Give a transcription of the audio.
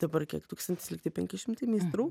dabar kiek tūkstantis lygtai penki šimtai meistrų